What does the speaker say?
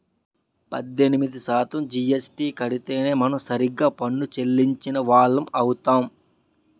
పద్దెనిమిది శాతం జీఎస్టీ కడితేనే మనం సరిగ్గా పన్ను చెల్లించిన వాళ్లం అవుతాం